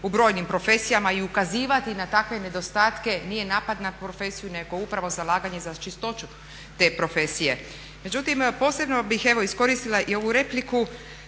u brojnim profesijama i ukazivati na takve nedostatke nije napad na profesiju nego upravo zalaganje za čistoću te profesije. Međutim, posebno bih evo iskoristila i ovu repliku